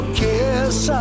kiss